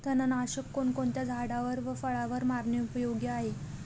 तणनाशक कोणकोणत्या झाडावर व फळावर मारणे उपयोगी आहे?